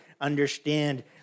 understand